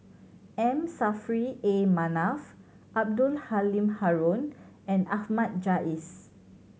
M Saffri A Manaf Abdul Halim Haron and Ahmad Jais